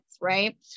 Right